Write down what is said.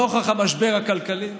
נוכח המשבר הכלכלי?